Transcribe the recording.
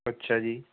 ਅੱਛਾ ਜੀ